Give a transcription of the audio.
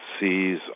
sees